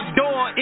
door